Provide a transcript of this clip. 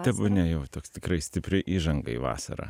tebūnie jau toks tikrai stipri įžanga į vasarą